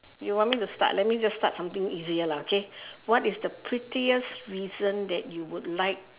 you want me to start let me just start something easier lah okay what is the prettiest reason that you would like